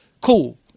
cool